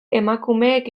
emakumeek